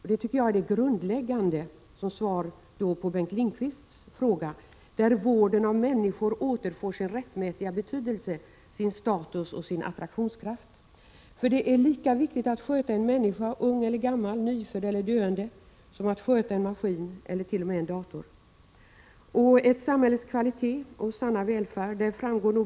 I det förslag till nytt statsbidragssystem för barnomsorgen som regeringen nyligen lagt fram har fortbildningens betydelse markerats. I statsbidraget för daghem är ett belopp av 30 000 kr.